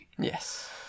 Yes